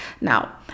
now